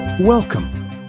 Welcome